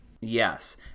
Yes